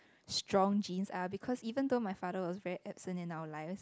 strong genes ah because even though my father was very absent in our life